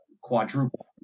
quadruple